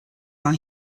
war